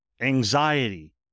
anxiety